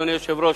אדוני היושב-ראש,